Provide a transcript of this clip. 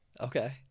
Okay